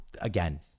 again